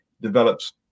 develops